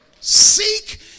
Seek